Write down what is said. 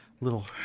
little